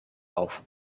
auf